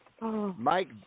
Mike